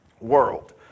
world